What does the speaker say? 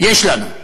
יש לנו.